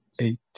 eight